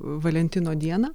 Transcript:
valentino dieną